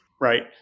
right